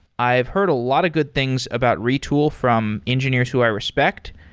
i've heard a lot of good things about retool from engineers who i respect.